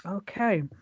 Okay